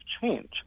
change